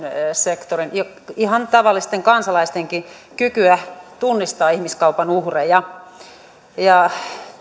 sektorin ja ihan tavallisten kansalaistenkin kykyä tunnistaa ihmiskaupan uhreja